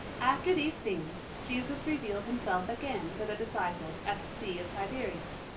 after these things, jesus revealed himself again to the disciples at the sea of tiberias.